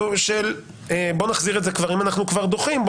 שאם אנחנו כבר דוחים,